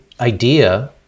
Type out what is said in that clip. idea